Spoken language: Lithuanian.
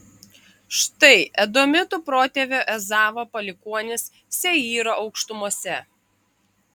štai edomitų protėvio ezavo palikuonys seyro aukštumose